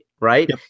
right